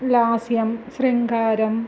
लास्यं शृङ्गारम्